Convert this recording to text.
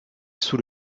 sous